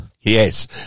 Yes